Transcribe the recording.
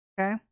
okay